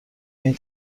این